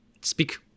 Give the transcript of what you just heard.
speak